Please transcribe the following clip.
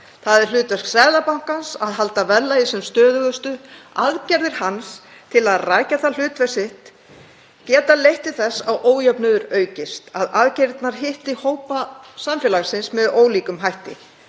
Það er hlutverk Seðlabankans að halda verðlagi sem stöðugustu. Aðgerðir hans til að rækja það hlutverk sitt geta leitt til þess að ójöfnuður aukist, að aðgerðirnar hitti hópa samfélagsins fyrir með ólíkum hætti.